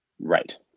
Right